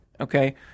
okay